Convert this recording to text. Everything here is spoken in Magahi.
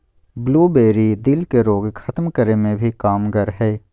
ब्लूबेरी, दिल के रोग खत्म करे मे भी कामगार हय